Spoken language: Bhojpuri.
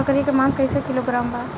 बकरी के मांस कईसे किलोग्राम बा?